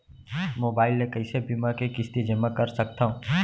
Mobile ले कइसे बीमा के किस्ती जेमा कर सकथव?